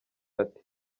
ati